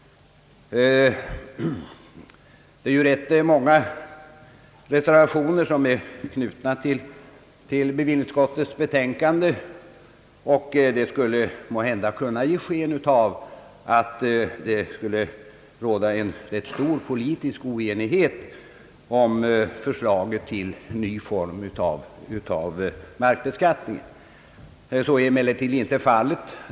Rätt många reservationer är knutna till bevillningsutskottets betänkande, och det skulle måhända kunna ge sken av en stor politisk oenighet om förslaget till ny form av markbeskattning. Så är emellertid inte fallet.